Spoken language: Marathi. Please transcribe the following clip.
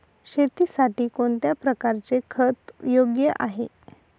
शेतीसाठी कोणत्या प्रकारचे खत योग्य आहे?